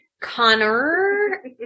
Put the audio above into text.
Connor